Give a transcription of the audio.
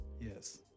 Yes